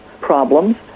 problems